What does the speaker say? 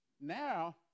Now